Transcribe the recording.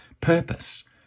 purpose